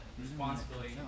responsibility